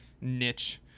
niche